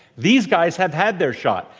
these guys have had their shot.